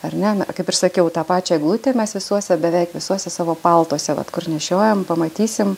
ar ne na kaip ir sakiau tą pačią eglutę mes visuose beveik visuose savo paltuose vat kur nešiojam pamatysim